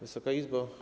Wysoka Izbo!